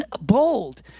bold